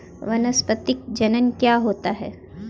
वानस्पतिक जनन क्या होता है?